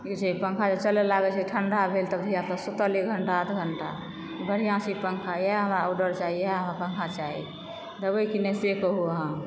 ई छै पंखा जे चलय लागय छै ठण्डा भेल तऽ धिया पुता सुतल एक घण्टा आध घण्टा बढ़िआँ छै पंखा इएह हमरा आर्डर चाही इएह हमरा पंखा चाही देबय कि नहि से कहुँ अहाँ